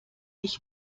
ich